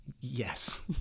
Yes